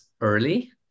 early